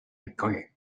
became